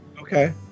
Okay